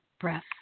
breath